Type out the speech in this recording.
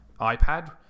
iPad